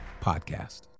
podcast